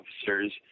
officers